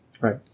Right